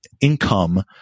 income